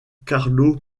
carlo